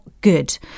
good